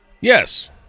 Yes